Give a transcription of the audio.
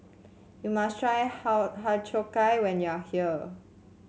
you must try how Har Cheong Gai when you are here